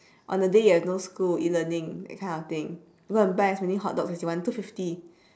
on the day you have no school E-learning that kind of thing go and buy as many hotdogs as you want two fifty